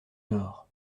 nord